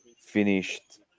finished